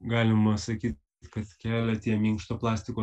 galima sakyt kad kelia tie minkšto plastiko